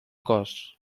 cos